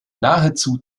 nahezu